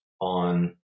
on